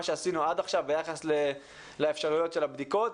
שעשינו עד עכשיו ביחס לאפשרויות של הבדיקות.